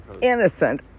innocent